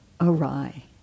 awry